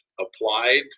applied